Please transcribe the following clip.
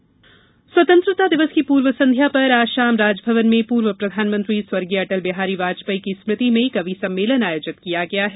पूर्व संध्या आयोजन स्वतंत्रता दिवस की पूर्व संध्या पर आज शाम राजभवन में पूर्व प्रधानमंत्री स्वर्गीय अटल बिहारी वाजपेयी की स्मृति में कवि सम्मेलन आयोजित किया गया है